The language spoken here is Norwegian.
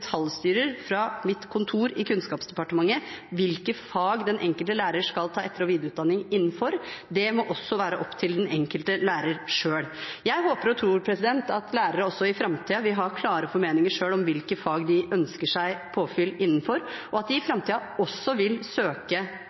fra mitt kontor i Kunnskapsdepartementet hvilke fag den enkelte lærer skal ta etter- og videreutdanning innenfor. Det må også være opp til den enkelte lærer selv. Jeg håper og tror at lærere også i framtiden selv vil ha klare formeninger om hvilke fag de ønsker seg påfyll innenfor, og at de også i framtiden vil søke